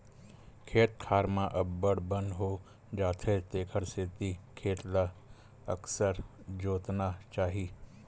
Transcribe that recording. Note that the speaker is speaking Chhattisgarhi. खेत खार म अब्बड़ बन हो जाथे तेखर सेती खेत ल अकरस जोतना चाही